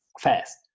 fast